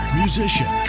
musician